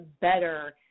better